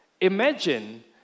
Imagine